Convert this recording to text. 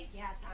yes